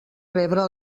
rebre